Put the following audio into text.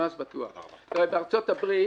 בארצות הברית